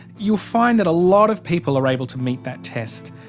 you'll find that a lot of people are able to meet that test.